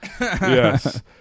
Yes